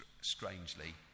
strangely